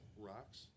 Rocks